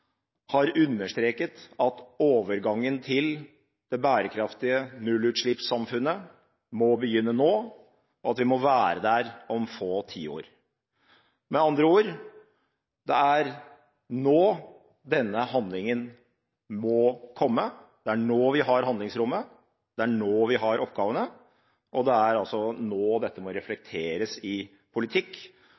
har understreket at overgangen til det bærekraftige nullutslippssamfunnet må begynne nå, og at vi må være der om få tiår. Med andre ord, det er nå denne handlingen må komme, det er nå vi har handlingsrommet, det er nå vi har oppgavene, og det er altså nå dette må reflekteres i politikk.